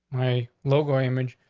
my local image.